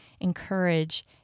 encourage